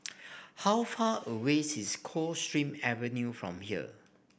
how far away's is Coldstream Avenue from here